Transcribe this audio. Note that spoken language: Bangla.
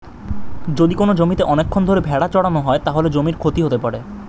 যদি কোনো জমিতে অনেকক্ষণ ধরে ভেড়া চড়ানো হয়, তাহলে জমির ক্ষতি হতে পারে